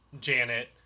Janet